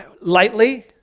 lightly